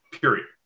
period